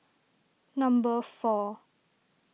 number four